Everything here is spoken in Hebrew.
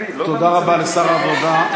תודה רבה לשר העבודה,